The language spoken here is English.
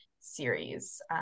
series